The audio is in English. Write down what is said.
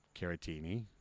Caratini